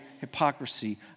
hypocrisy